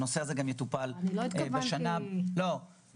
והנושא הזה גם יטופל בשנה הבאה.